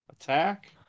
attack